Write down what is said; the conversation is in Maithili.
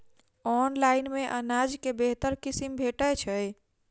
ऑनलाइन मे अनाज केँ बेहतर किसिम भेटय छै?